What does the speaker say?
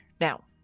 Now